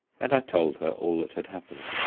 and i told her all that had happened,